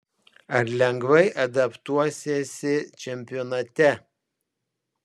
ar lengvai adaptuosiesi čempionate